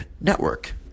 network